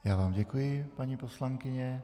Já vám děkuji, paní poslankyně.